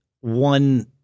one